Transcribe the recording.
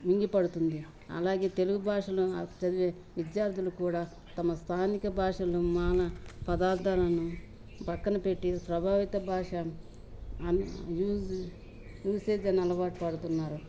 మింగిపడుతుంది అలాగే తెలుగు భాషలో చదివే విద్యార్థులు కూడా తమ స్థానిక భాషలు మాన పదార్థాలను పక్కన పెట్టి ప్రభావిత భాష అ యూస్ యూసేజ్ అని అలవాటు పడుతున్నారు